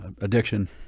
addiction